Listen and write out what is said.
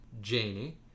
Janie